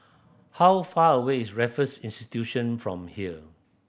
how far away is Raffles Institution from here